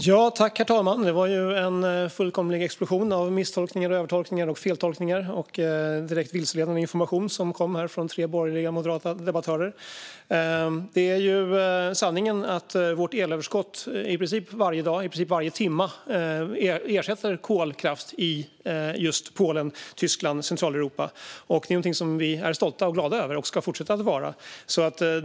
Herr talman! Det var en fullkomlig explosion av misstolkningar, övertolkningar och feltolkningar samt direkt vilseledande information från tre borgerliga moderata debattörer. Sanningen är att vårt elöverskott i princip varje dag, varje timme, ersätter kolkraft i just Polen, Tyskland och Centraleuropa. Det är något som vi är stolta och glada över och ska fortsätta att vara.